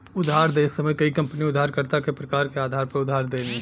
उधार देत समय कई कंपनी उधारकर्ता के प्रकार के आधार पर उधार देनी